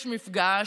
יש מפגש,